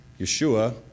Yeshua